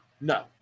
No